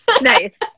Nice